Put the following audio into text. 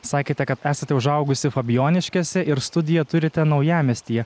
sakėte kad esate užaugusi fabijoniškėse ir studiją turite naujamiestyje